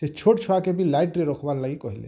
ସେଇ ଛୋଟ୍ ଛୁଆକେ ବି ଲାଇଟରେ ରଖବାର୍ ଲାଗି କହିଲେ